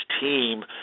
team